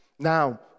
Now